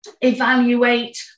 evaluate